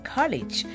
College